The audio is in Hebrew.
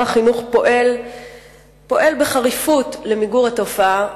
החינוך פועל בחריפות למיגור התופעה,